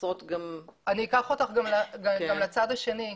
אני אקח אותך גם לצד השני,